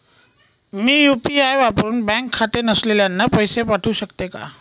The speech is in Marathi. मी यू.पी.आय वापरुन बँक खाते नसलेल्यांना पैसे पाठवू शकते का?